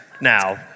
now